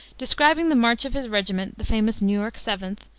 describing the march of his regiment, the famous new york seventh,